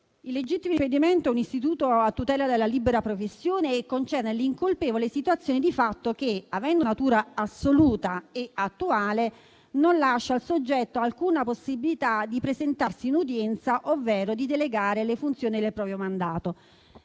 Il legittimo impedimento è un istituto a tutela della libera professione e concerne l'incolpevole situazione di fatto che, avendo natura assoluta e attuale, non lascia al soggetto alcuna possibilità di presentarsi in udienza, ovvero di delegare le funzioni del proprio mandato.